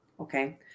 okay